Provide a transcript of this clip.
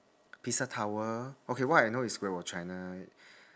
pisa tower okay what I know is great wall of china